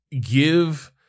give